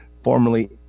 Formerly